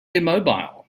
immobile